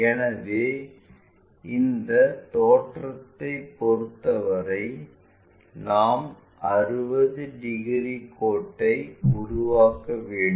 எனவே இந்த தோற்றத்தைப் பொறுத்தவரை நாம் 60 டிகிரி கோட்டை உருவாக்க வேண்டும்